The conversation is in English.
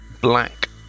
black